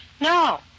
No